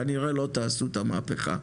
כנראה לא תעשו את המהפכה.